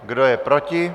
Kdo je proti?